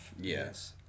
yes